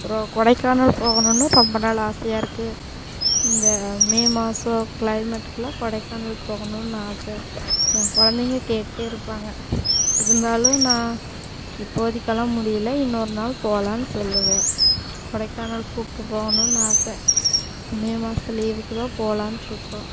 அப்புறம் கொடைக்கானல் போகணும்னு ரொம்ப நாள் ஆசையாக இருக்குது இந்த மே மாசம் க்ளைமெட்டுக்குலாம் கொடைக்கானல் போகணும்னு ஆசை என் கொழந்தைங்க கேட்டுகிட்டே இருப்பாங்க இருந்தாலும் நான் இப்போதைக்கெல்லாம் முடியலை இன்னொரு நாள் போகலானு சொல்லுவேன் கொடைக்கானல் கூப்பிட்டு போகணும்னு ஆசை இந்த மே மாசத்து லீவுக்கு தான் போகலான்ட்ருக்கோம்